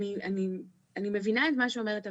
אני מבינה את מה שאומרת הוועדה.